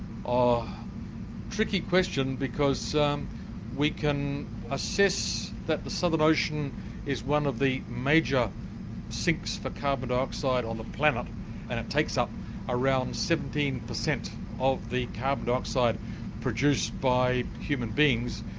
tricky question because um we can assess that the southern ocean is one of the major sinks for carbon dioxide on the planet and it takes up around seventeen percent of the carbon dioxide produced by human beings.